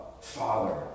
Father